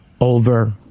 over